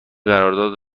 قرارداد